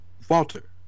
Falter